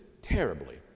Terribly